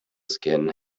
skin